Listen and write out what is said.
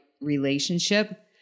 relationship